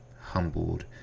humbled